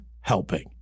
helping